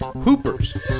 Hoopers